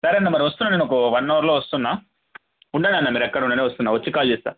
సరే అన్న మరి వస్తున్నా నేనొక ఒక వన్ అవర్లో వస్తున్నా ఉండండన్న మీరు అక్కడనే ఉండండి వస్తున్నా వచ్చి కాల్ చేస్తా